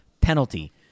penalty